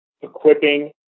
equipping